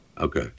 Okay